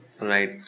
right